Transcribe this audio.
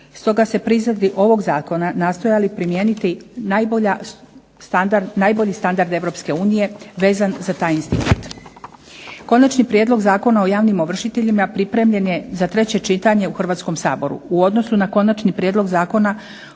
Stoga se pri izradi ovog zakona nastojali primijeniti najbolji standard Europske unije, vezan za taj institut. Konačni prijedlog Zakona o javnim ovršiteljima pripremljen je za treće čitanje u Hrvatskom saboru, u odnosu na konačni prijedlog zakona